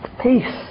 Peace